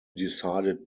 decided